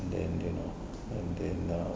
then you know and then uh